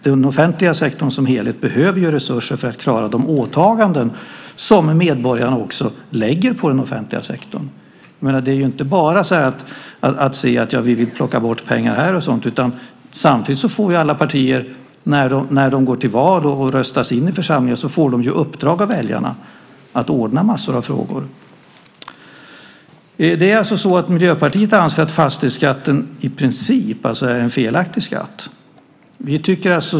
Den offentliga sektorn som helhet behöver ju resurser för att klara de åtaganden som medborgarna lägger på den offentliga sektorn. Det är inte bara att säga att vi vill plocka bort pengar här. Samtidigt får alla partier när de går till val och röstas in i församlingen uppdrag av väljarna att ordna massor av frågor. Miljöpartiet anser att fastighetsskatten i princip är en felaktig skatt.